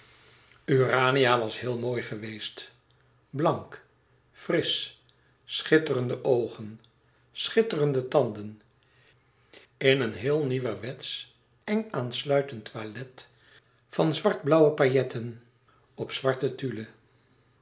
urania was heel mooi geweest blank frisch schitterende oogen schitterende tanden in een heel nieuwerwetsch eng aansluitend toilet van zwart blauwe pailletten op zwarte tulle